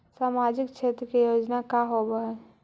सामाजिक क्षेत्र के योजना का होव हइ?